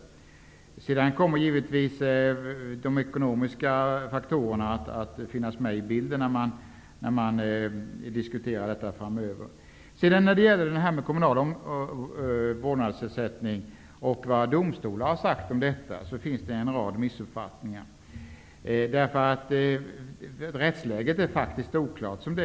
Givetvis kommer också de ekonomiska faktorerna att finnas med i bilden när detta diskuteras framöver. När det gäller den kommunala vårdnadsersättningen och vad domstolar har sagt i detta sammanhang finns det en rad missuppfattningar. Rättsläget är faktiskt oklart i dag.